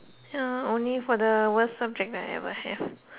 ya only for the worst subjects I ever have